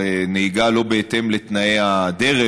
הרי נהיגה לא בהתאם לתנאי הדרך,